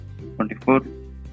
24